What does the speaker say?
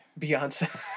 Beyonce